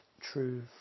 true